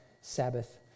Sabbath